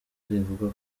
rivuga